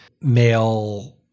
male